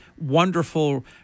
wonderful